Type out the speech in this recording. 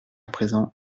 présent